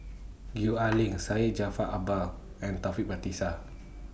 Gwee Ah Leng Syed Jaafar Albar and Taufik Batisah